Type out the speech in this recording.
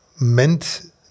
meant